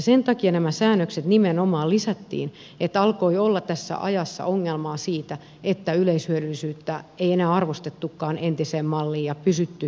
sen takia nämä säännökset nimenomaan lisättiin että alkoi olla tässä ajassa ongelmaa siitä että yleishyödyllisyyttä ei enää arvostettukaan entiseen malliin eikä pysytty yleishyödyllisinä